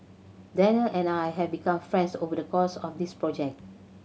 Danial and I have become friends over the course of this project